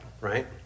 right